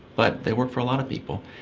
but they work for a lot of people.